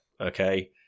Okay